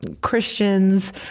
Christians